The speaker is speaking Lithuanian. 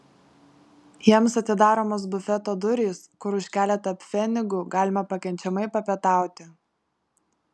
jiems atidaromos bufeto durys kur už keletą pfenigų galima pakenčiamai papietauti